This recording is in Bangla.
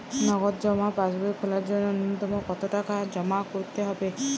নগদ জমা পাসবই খোলার জন্য নূন্যতম কতো টাকা জমা করতে হবে?